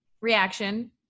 reaction